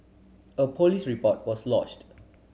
a police report was lodged